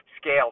scale